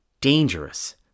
dangerous